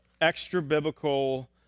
extra-biblical